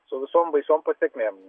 su visom baisiom pasekmėm